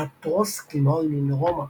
האטרוסקים העוינים לרומא.